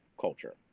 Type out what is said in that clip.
culture